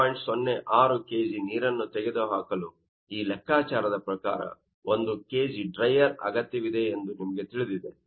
06 kg ನೀರನ್ನು ತೆಗೆದುಹಾಕಲು ಈ ಲೆಕ್ಕಾಚಾರದ ಪ್ರಕಾರ ಒಂದು kg ಡ್ರೈಯರ್ ಅಗತ್ಯವಿದೆ ಎಂದು ನಿಮಗೆ ತಿಳಿದಿದೆ